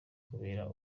kubera